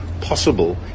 possible